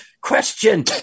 Question